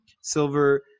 silver